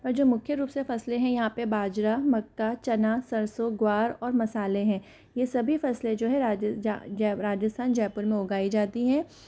पर जो मुख्य रूप से फसले हैं यहाँ पर बाजरा मक्का चना सरसो ग्वार और मसाले हैं यह सभी फसलें जो है राज राजस्थान जयपुर में उगाई जाती हैं